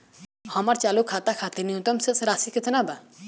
हमर चालू खाता खातिर न्यूनतम शेष राशि केतना बा?